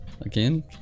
again